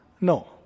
No